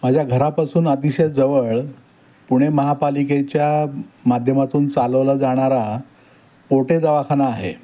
माझ्या घरापासून अतिशय जवळ पुणे महापालिकेच्या माध्यमातून चालवला जाणारा पोटे दवाखाना आहे